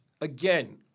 again